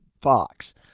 Fox